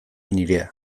nirea